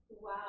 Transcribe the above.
Wow